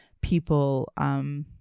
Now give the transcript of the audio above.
people